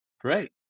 great